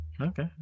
Okay